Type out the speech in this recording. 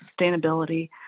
sustainability